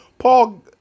Paul